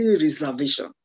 reservation